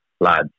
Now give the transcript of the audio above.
lads